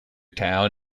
town